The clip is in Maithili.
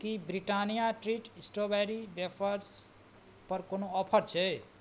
कि ब्रिटानिया ट्रीट स्ट्रॉबेरी वेफर्सपर कोनो ऑफर छै